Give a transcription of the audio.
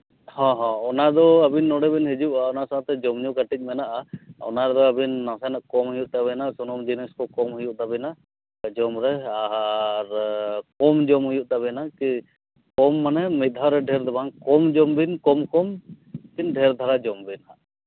ᱦᱚᱸ ᱦᱚᱸ ᱚᱱᱟᱫᱚ ᱟᱹᱵᱤᱱ ᱱᱚᱰᱮ ᱵᱤᱱ ᱦᱤᱡᱩᱜᱼᱟ ᱚᱱᱟ ᱥᱟᱶᱛᱮ ᱡᱚᱢᱼᱧᱩ ᱠᱟᱹᱴᱤᱡ ᱢᱮᱱᱟᱜᱼᱟ ᱚᱱᱟ ᱨᱮᱫᱚ ᱟᱹᱵᱤᱱ ᱱᱟᱥᱮᱱᱟᱜ ᱠᱚᱢ ᱦᱩᱭᱩᱜ ᱛᱟᱹᱵᱤᱱᱟ ᱥᱩᱱᱩᱢ ᱡᱤᱱᱤᱥ ᱠᱚ ᱠᱚᱢ ᱦᱩᱭᱩᱜ ᱛᱟᱹᱵᱤᱱᱟ ᱡᱚᱢ ᱨᱮ ᱟᱨ ᱠᱚᱢ ᱡᱚᱢ ᱦᱩᱭᱩᱜ ᱛᱟᱵᱮᱱᱟ ᱠᱤ ᱠᱚᱢ ᱢᱟᱱᱮ ᱢᱤᱫ ᱫᱷᱟᱣ ᱨᱮ ᱰᱷᱮᱨ ᱫᱚ ᱵᱟᱝ ᱠᱚᱢ ᱡᱚᱢ ᱵᱤᱱ ᱠᱚᱢ ᱠᱚᱢ ᱞᱮᱠᱤᱱ ᱰᱷᱮᱨ ᱫᱷᱟᱨᱟ ᱡᱚᱢ ᱵᱤᱱ